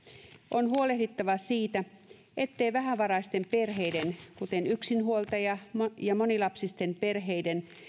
on huolehdittava siitä ettei vähävaraisten perheiden kuten yksinhuoltaja ja monilapsisten perheiden